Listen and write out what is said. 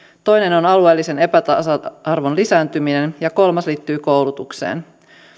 toinen on alueellisen epätasa arvon lisääntyminen ja kolmas liittyy koulutukseen